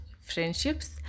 friendships